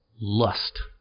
lust